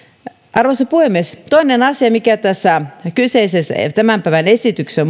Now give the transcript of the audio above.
arvoisa puhemies toinen asia mikä tässä kyseisessä tämän päivän esityksessä